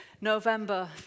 November